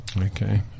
Okay